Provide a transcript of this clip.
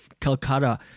Calcutta